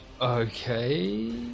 Okay